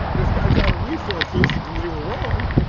this guy's out of resources, and they were wrong, but